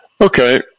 Okay